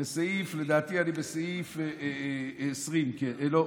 לדעתי, אני בסעיף 20, לא 22: